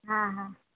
હા હા